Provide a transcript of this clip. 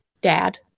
Dad